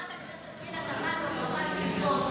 חברת הכנסת פנינה תמנו גרמה לי לבכות,